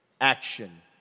action